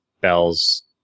Bell's